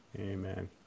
Amen